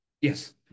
yes